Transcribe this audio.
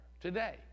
today